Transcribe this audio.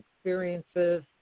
experiences